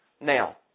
Now